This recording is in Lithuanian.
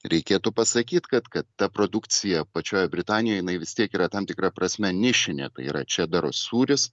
reikėtų pasakyt kad kad ta produkcija pačioje britanijoje jinai vis tiek yra tam tikra prasme nišinė tai yra čederio sūris